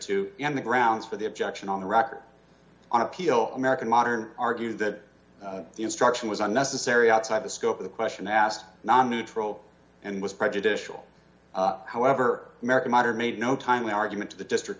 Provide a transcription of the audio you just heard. to and the grounds for the objection on the record on appeal american modern argued that the instruction was unnecessary outside the scope of the question asked not neutral and was prejudicial however american modern made no timely argument to the district